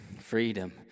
Freedom